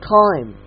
time